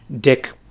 Dick